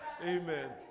Amen